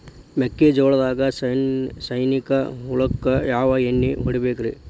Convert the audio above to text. ಮೆಕ್ಕಿಜೋಳದಾಗ ಸೈನಿಕ ಹುಳಕ್ಕ ಯಾವ ಎಣ್ಣಿ ಹೊಡಿಬೇಕ್ರೇ?